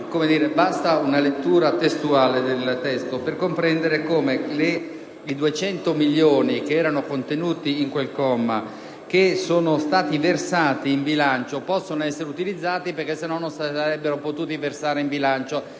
Basta una lettura del testo per comprendere che i 200 milioni che erano contenuti in quel comma e che sono stati versati in bilancio possono essere utilizzati. Altrimenti non si sarebbero potuti versare in bilancio.